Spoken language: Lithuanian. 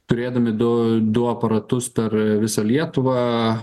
turėdami du du aparatus per visą lietuvą